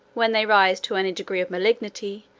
when they rise to any degree of malignity,